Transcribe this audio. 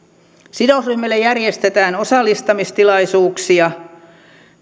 sidosryhmille järjestetään osallistamistilaisuuksia